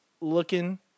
looking